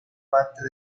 parte